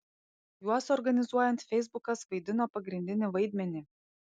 juos organizuojant feisbukas vaidino pagrindinį vaidmenį